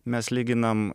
mes lyginam